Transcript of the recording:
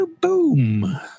Boom